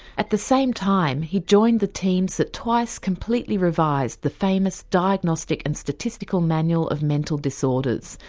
at the same time he joined the teams that twice completely revised the famous diagnostic and statistical manual of mental disorders,